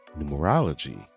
numerology